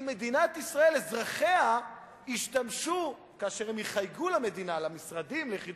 אנחנו כנראה צריכים להיות הרבה יותר